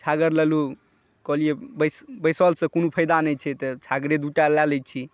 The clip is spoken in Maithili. छागर लेलहुँ कहलिए बैसलसँ कोनो फायदा नहि छै तऽ छागरे दू टा लऽ लै छी